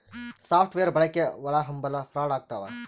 soft wear ಬಳಕೆ ಒಳಹಂಭಲ fraud ಆಗ್ತವ